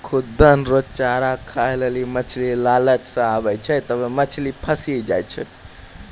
खुद्दन रो चारा खाय लेली मछली लालच से आबै छै तबै मछली फंसी जाय छै